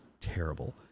terrible